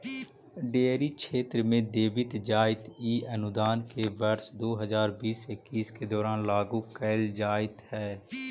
dairy क्षेत्र में देवित जाइत इ अनुदान के वर्ष दो हज़ार बीस इक्कीस के दौरान लागू कैल जाइत हइ